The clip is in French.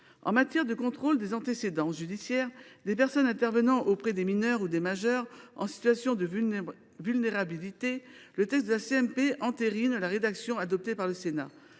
En matière de contrôle des antécédents judiciaires des personnes intervenant auprès des mineurs ou des majeurs en situation de vulnérabilité, le texte de la commission mixte paritaire entérine la rédaction adoptée par le Sénat.